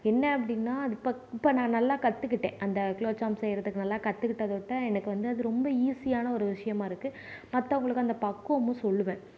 என்ன அப்படின்னா இப்போ இப்போ நான் நல்லா கற்றுக்கிட்டேன் அந்த குலோப்ஜாம் செய்யுறதுக்கு நல்லா கற்றுகிட்ட தொட்ட எனக்கு வந்து ரொம்ப ஈஸியான ஒரு விஷயமாக இருக்கு மத்தவங்களுக்கு அந்த பக்குவமும் சொல்லுவேன்